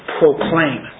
proclaim